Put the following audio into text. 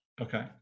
Okay